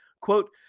Quote